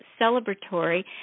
celebratory